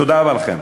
תודה רבה לכם.